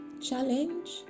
challenge